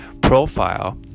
profile